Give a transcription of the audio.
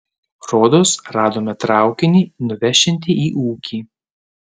rodos radome traukinį nuvešiantį į ūkį